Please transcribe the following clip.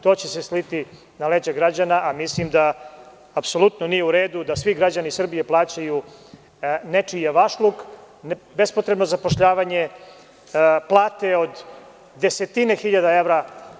To će se sliti na leđa građana, a mislim da apsolutno nije u redu da svi građani Srbije plaćaju nečiji javašluk, bespotrebno zapošljavanje, plate od desetina hiljada evra.